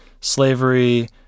slavery